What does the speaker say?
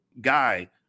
guy